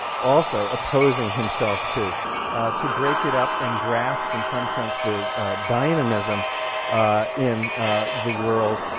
also opposing himself to to break it up and grasp, in some sense, the dynamism in the world